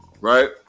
right